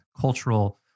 cultural